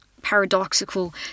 paradoxical